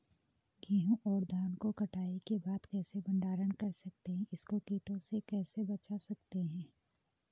गेहूँ और धान को कटाई के बाद कैसे भंडारण कर सकते हैं इसको कीटों से कैसे बचा सकते हैं?